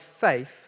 faith